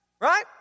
Right